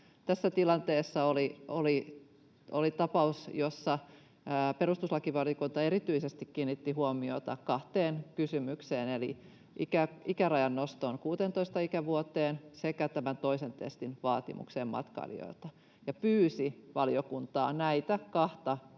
Tässä tilanteessa oli tapaus, jossa perustuslakivaliokunta erityisesti kiinnitti huomiota kahteen kysymykseen — ikärajan nostoon 16 ikävuoteen sekä toisen testin vaatimukseen matkailijoilta — ja pyysi valiokuntaa näitä kahta kohtaa